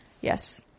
yes